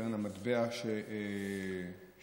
קרן המטבע של אירופה,